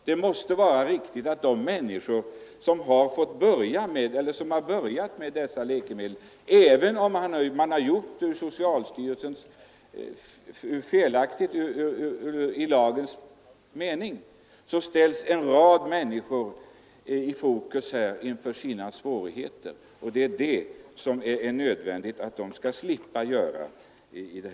Det måste vara riktigt att de människor som har börjat använda dessa läkemedel — även om det i lagens mening varit felaktigt — får tillgång till dem. En rad människor ställs inför problem, och det är nödvändigt att de slipper det.